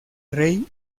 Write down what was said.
rey